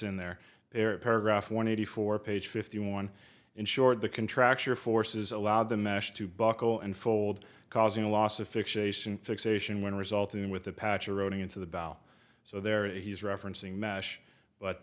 in there they're paragraph one eighty four page fifty one in short the contracture forces allowed the mash to buckle and fold causing a loss of fixation fixation when resulting with the patch or running into the bell so there it he's referencing mash but